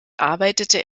arbeitete